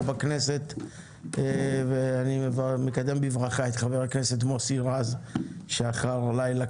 בכנסת ואני מקדם בברכה את חבר הכנסת מוסי רז שאחרי לילה